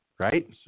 Right